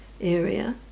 area